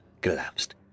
collapsed